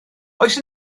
oes